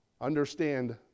Understand